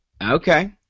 Okay